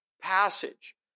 passage